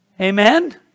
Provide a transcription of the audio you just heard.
Amen